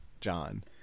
John